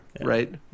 Right